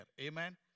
Amen